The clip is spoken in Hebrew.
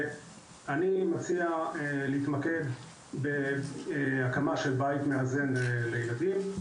אני מציע להתמקד בהקמה של בית מאזן לילדים.